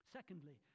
Secondly